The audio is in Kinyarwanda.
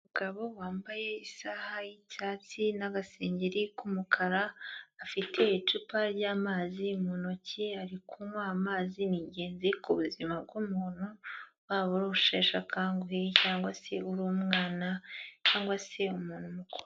Umugabo wambaye isaha y'icyatsi n'agasengeri k'umukara, afite icupa ry'amazi mu ntoki ari kunywa amazi ni ingenzi ku buzima bw'umuntu, waba uri usheshe akanguhe cyangwa se uri umwana cyangwa se umuntu mukuru.